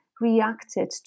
reacted